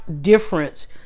difference